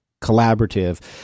collaborative